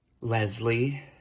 Leslie